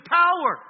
power